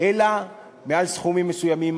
אלא מעל סכומים מסוימים,